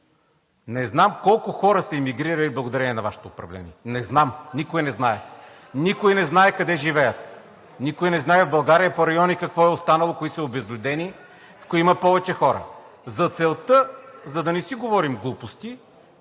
не знам колко хора са емигрирали благодарение на Вашето управление. Не знам, никой не знае. Никой не знае къде живеят. Никой не знае в България по райони какво е останало, които са обезлюдени, в кои има повече хора. За целта, за да не си говорим глупости,